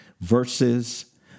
verses